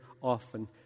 often